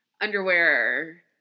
underwear